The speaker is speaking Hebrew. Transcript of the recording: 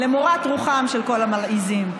למורת רוחם של כל המלעיזים.